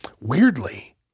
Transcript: Weirdly